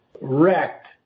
wrecked